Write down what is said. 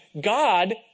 God